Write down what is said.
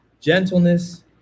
gentleness